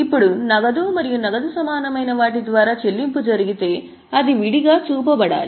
ఇప్పుడు నగదు మరియు నగదు సమానమైన వాటి ద్వారా చెల్లింపు జరిగితే అది విడిగా చూపబడాలి